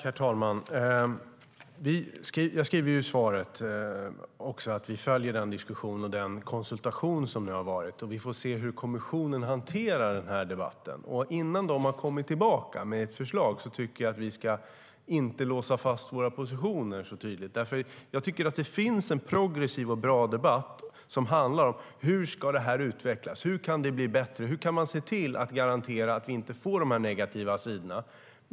Herr talman! Som jag skriver i svaret följer vi den diskussion och den konsultation som nu har varit. Vi får se hur kommissionen hanterar den här debatten. Innan de har kommit tillbaka med ett förslag tycker jag inte att vi ska låsa fast våra positioner så tydligt. Det finns en progressiv och bra debatt som handlar om hur avtalet ska utvecklas, hur det kan bli bättre och hur man kan garantera att det inte får de negativa sidorna.